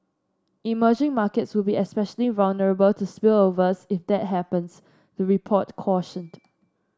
emerging markets would be especially vulnerable to spillovers if that happens the report cautioned